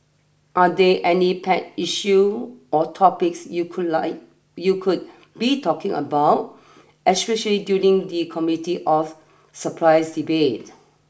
are there any pet issue or topics you could like you could be talking about especially during the Committee of Supplies debate